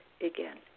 again